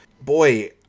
Boy